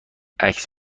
عکس